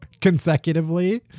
consecutively